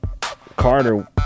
Carter